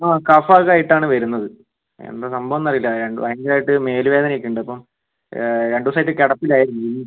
ആ കഫൊക്കെ ആയിട്ടാണ് വരുന്നത് എന്താ സംഭവംന്ന് അറിയില്ല ഭയങ്കരമായിട്ട് മേലുവേദന ഒക്കെ ഉണ്ട് അപ്പം രണ്ടു ദിവസമായിട്ട് കിടപ്പിലായിരുന്നു